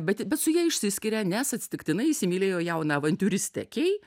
bet bet su ja išsiskiria nes atsitiktinai įsimylėjo jauną avantiūristę kei